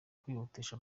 kwihutisha